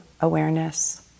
awareness